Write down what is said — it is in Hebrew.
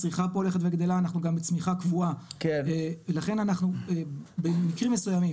הצריכה פה הולכת וגדלה ואנחנו גם בצמיחה קבועה ולכן במקרים מסוימים